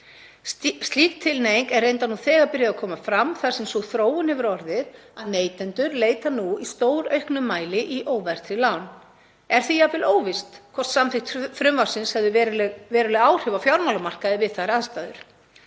Slík tilhneiging er reyndar nú þegar byrjuð að koma fram þar sem sú þróun hefur orðið að neytendur leita nú í stórauknum mæli í óverðtryggð lán. Er því jafnvel óvíst hvort samþykkt frumvarpsins hefði veruleg áhrif á fjármálamarkaði við þær aðstæður.